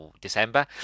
December